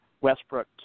Westbrook